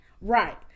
Right